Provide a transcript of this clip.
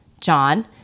John